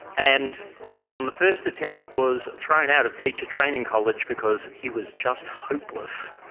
and on the first attempt was thrown out of teacher training college because he was just hopeless,